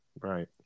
Right